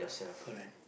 correct